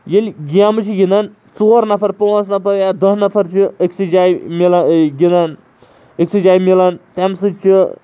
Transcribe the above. ییٚلہِ گیمہٕ چھِ گِنٛدَان ژور نَفَر پانٛژھ نَفَر یا دہ نَفَر چھِ أکۍ سٕے جاے مِلا گِنٛدَن أکۍ سٕے جاے مِلان تَمہِ سۭتۍ چھِ